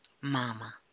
Mama